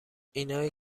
اینایی